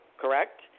correct